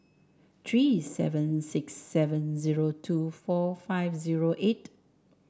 three seven six seven zero two four five zero eight